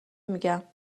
میگم